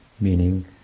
meaning